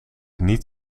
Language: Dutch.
niet